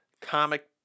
comic